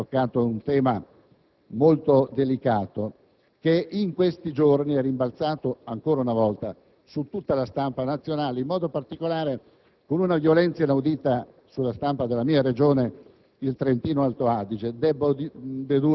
dall'intervento del collega Grillo, che ha toccato un tema molto delicato che in questi giorni è rimbalzato ancora una volta su tutta le stampa nazionale, in modo particolare, con una violenza inaudita, sulla stampa della mia Regione,